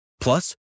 Plus